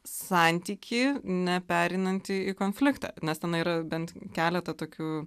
santykį nepereinantį į konfliktą nes ten yra bent keletą tokių